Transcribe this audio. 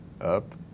up